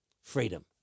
freedom